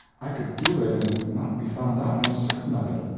i could do it and not be found out i'm certain of it.